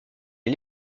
des